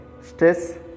Stress